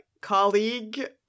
colleague